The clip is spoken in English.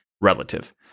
relative